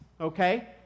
Okay